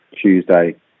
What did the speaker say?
Tuesday